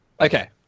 Okay